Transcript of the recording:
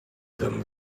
them